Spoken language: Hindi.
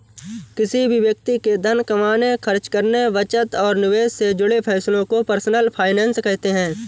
किसी भी व्यक्ति के धन कमाने, खर्च करने, बचत और निवेश से जुड़े फैसलों को पर्सनल फाइनैन्स कहते हैं